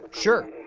sure!